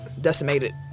decimated